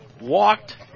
walked